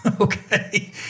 okay